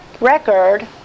record